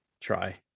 try